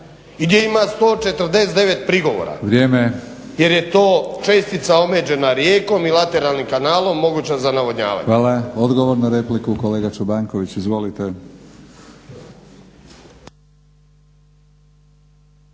i gdje ima 149 prigovora … /Upadica: Vrijeme./ … jer je to čestica omeđena rijekom i lateralnim kanalom moguća za navodnjavanje. **Batinić, Milorad (HNS)** Hvala. Odgovor na repliku kolega Čobanković. Izvolite.